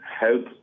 help